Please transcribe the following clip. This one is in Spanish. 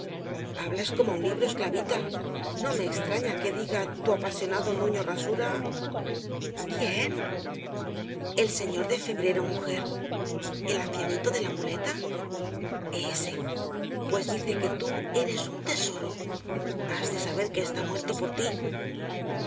hablas como un libro esclavita no me extraña que diga tu apasionado nuño rasura quién el señor de febrero mujer el ancianito de la muleta ese pues dice que tú eres un tesoro has de saber que está muerto por ti